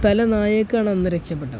തല നാരിഴയ്ക്കാണ് അന്ന് രക്ഷപ്പെട്ടത്